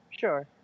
Sure